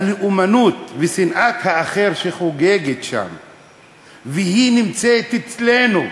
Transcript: הלאומנות ושנאת האחר שחוגגות שם, הן נמצאות אצלנו.